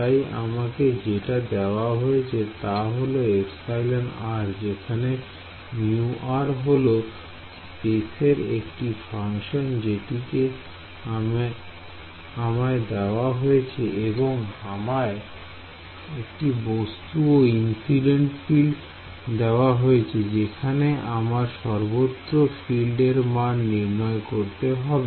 তাই আমাকে যেটা দেওয়া হয়েছে তা হল εr যেখানে μr হল স্পেশের একটি ফাংশন যেটি আমায় দেওয়া হয়েছে এবং আমায় একটি বস্তু ও ইন্সিডেন্ট ফিল্ড দেওয়া হয়েছে যেখানে আমায় সর্বত্র ফিল্ড এর মান নির্ণয় করতে হবে